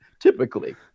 typically